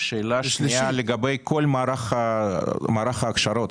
לגבי כל מערך ההכשרות,